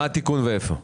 מה התיקון ואיפה?